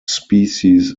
species